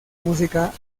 música